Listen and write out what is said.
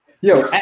Yo